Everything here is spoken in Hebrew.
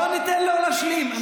עוד לא הגעת